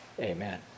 amen